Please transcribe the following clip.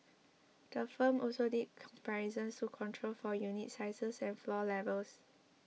the firm also did comparisons to control for unit sizes and floor levels